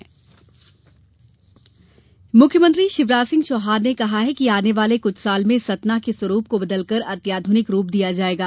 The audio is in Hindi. मुख्यमंत्री मुख्यमंत्री शिवराज सिंह चौहान ने कहा है कि आने वाले कुछ साल में सतना के स्वरूप को बदलकर अत्याधुनिक रूप दिया जाएगा